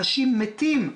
אנשים מתים.